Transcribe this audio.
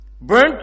Burnt